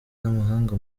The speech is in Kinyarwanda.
n’amahanga